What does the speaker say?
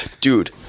dude